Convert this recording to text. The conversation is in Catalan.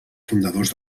fundadors